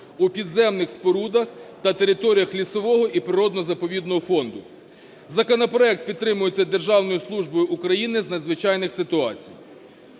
у підземних спорудах та територіях лісового і природно-заповідного фонду. Законопроект підтримується державною службою України з надзвичайних ситуацій.